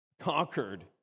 conquered